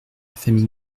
famille